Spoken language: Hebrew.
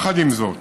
עם זאת,